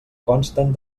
consten